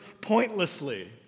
pointlessly